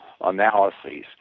analyses